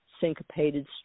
syncopated